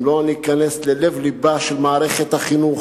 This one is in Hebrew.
אם לא ניכנס ללב לבה של מערכת החינוך